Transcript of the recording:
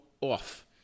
off